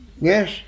Yes